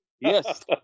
Yes